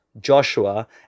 Joshua